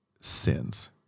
sins